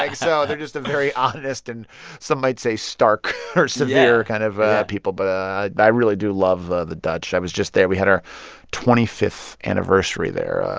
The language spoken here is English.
like so they're just a very honest and some might say stark or severe. yeah. kind of people. but ah i really do love ah the dutch. i was just there. we had our twenty fifth anniversary there,